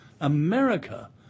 America